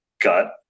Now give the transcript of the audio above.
gut